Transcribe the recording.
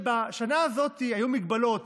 ובשנה הזאת היו מגבלות,